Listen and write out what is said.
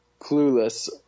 clueless